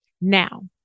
Now